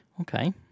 okay